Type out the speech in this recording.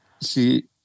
see